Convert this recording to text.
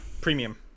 premium